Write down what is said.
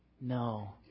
No